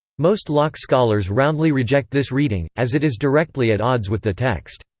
most locke scholars roundly reject this reading, as it is directly at odds with the text.